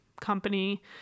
company